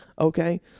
Okay